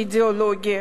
אידיאולוגי,